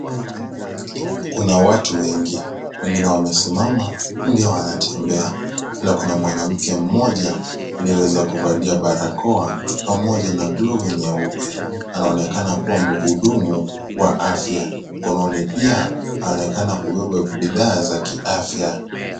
Kuna watu wengi, wengine wamesimama, wengine wanatembea na kuna mwanamke mmoja aliyeweza kuvalia barakoa pamoja na glovu nyeupe. Anaonekana kuwa mhudumu wa afya. Mkononi pia, anaonekana kubeba bidhaa za kiafya.